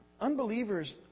Unbelievers